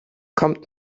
kommt